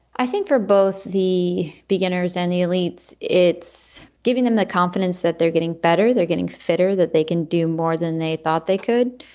i think, for both the beginners and elite it's giving them the confidence that they're getting better, they're getting fitter, that they can do more than they thought they could.